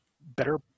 better